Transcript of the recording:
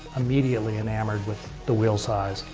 immediately enamored with, the wheel size,